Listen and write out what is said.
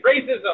racism